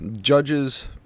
Judges